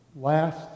last